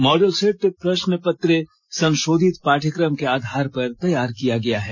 model set प्रश्न पत्र संशोधित पाठ्यक्रम के आधार पर तैयार किया गया है